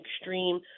extreme